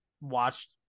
watched